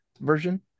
version